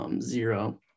zero